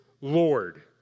Lord